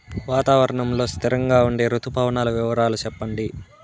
వాతావరణం లో స్థిరంగా ఉండే రుతు పవనాల వివరాలు చెప్పండి?